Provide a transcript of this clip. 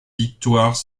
victoires